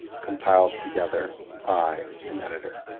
compiled together by an editor